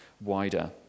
wider